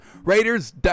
Raiders